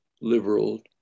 liberal